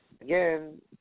again